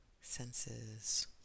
senses